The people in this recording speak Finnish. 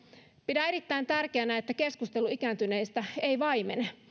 pidän erittäin tärkeänä että keskustelu ikääntyneistä ei vaimene